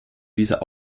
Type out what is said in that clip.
dieser